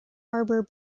arbor